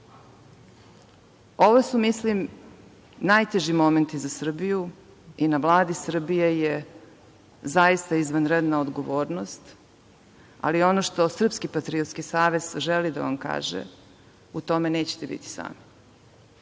su, mislim najteži momenti za Srbiju i na Vladi Srbije je zaista izvanredna odgovornost, ali ono što SPAS želi da vam kaže, u tome nećete biti sami.